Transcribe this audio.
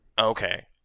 Okay